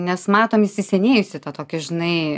nes matom įsisenėjusį tą tokį žinai